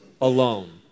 alone